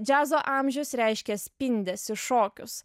džiazo amžius reiškia spindesį šokius